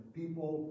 people